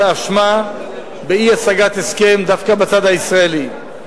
האשמה באי-השגת הסכם דווקא על הצד הישראלי.